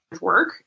work